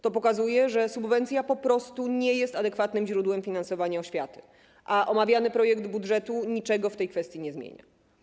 To pokazuje, że subwencja po prostu nie jest adekwatnym źródłem finansowania oświaty, a omawiany projekt budżetu niczego w tej kwestii nie zmienia.